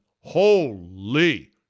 Holy